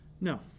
no